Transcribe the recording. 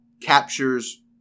captures